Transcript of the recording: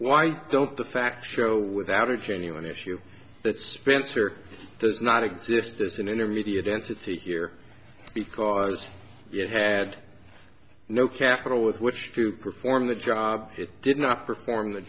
why don't the facts show without a genuine issue that spencer does not exist as an intermediate entity here because it had no capital with which to perform the job it did not perform the